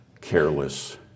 careless